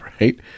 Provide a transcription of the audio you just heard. right